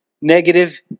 Negative